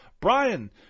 Brian